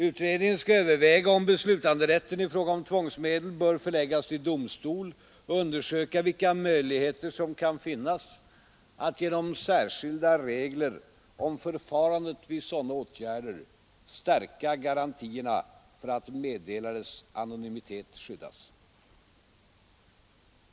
Utredningen skall överväga om beslutanderätten i fråga om tvångsmedel bör förläggas till domstol och undersöka vilka möjligheter som kan finnas att genom särskilda regler om förfarandet vid sådana åtgärder stärka garantierna för att meddelares anonymitet skyddas.